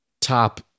top